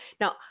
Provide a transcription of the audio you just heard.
now